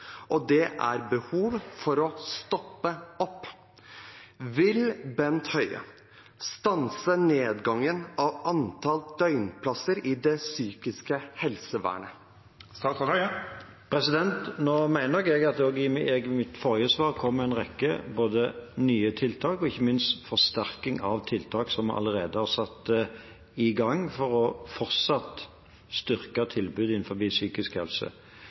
og at det er behov for å stoppe opp. Vil Bent Høie stanse nedgangen i antall døgnplasser innenfor det psykiske helsevernet? Jeg mener nok at jeg i mitt forrige svar kom med både en rekke nye tiltak og ikke minst forsterking av tiltak som vi allerede har satt i gang for fortsatt å styrke tilbudet innenfor psykisk